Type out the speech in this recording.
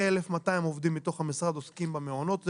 כ-1,200 עובדים מתוך המשרד עוסקים במעונות.